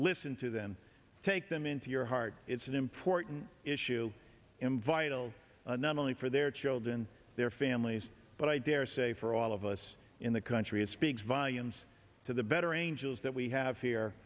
listen to them take them into your heart it's an important issue in vital not only for their children their families but i daresay for all of us in the country it speaks volumes to the better angels that we have here